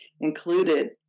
included